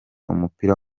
umupira